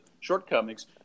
shortcomings